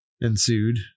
ensued